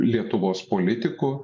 lietuvos politikų